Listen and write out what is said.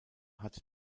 hat